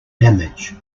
damage